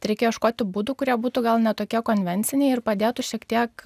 reikia ieškoti būdų kurie būtų gal ne tokie konvenciniai ir padėtų šiek tiek